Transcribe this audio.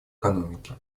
экономики